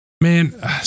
Man